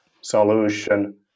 solution